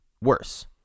worse